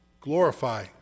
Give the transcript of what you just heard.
glorify